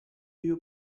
your